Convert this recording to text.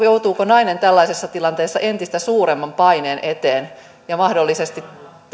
joutuuko nainen tällaisessa tilanteessa entistä suuremman paineen eteen ja mahdollisesti